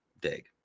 dig